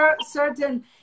certain